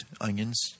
onions